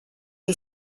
che